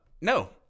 No